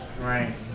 Right